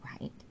right